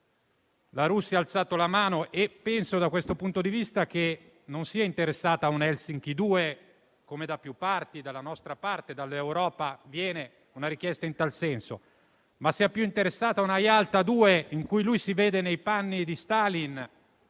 la Russia ha alzato la mano e penso, da questo punto di vista, che sia interessata non a una Helsinki 2, come da più parti (dalla nostra parte e dall'Europa) viene richiesto in tal senso, ma più a una Yalta 2, in cui lui si vede nei panni di Stalin,